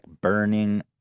burning